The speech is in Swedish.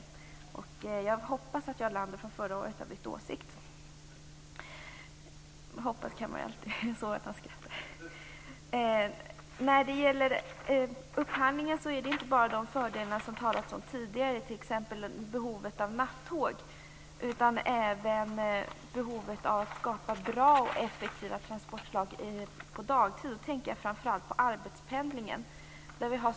Jag hoppas att Jarl Lander har bytt åsikt sedan förra året - jag ser att han skrattar, men hoppas kan man alltid göra. Det är vid denna upphandling inte bara fråga om sådana fördelar som det har talats om tidigare, t.ex. beträffande behovet av nattåg, utan det gäller även behovet av att skapa bra och effektiva transportslag på dagtid. Jag tänker framför allt på arbetspendlingen.